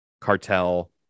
cartel